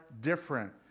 different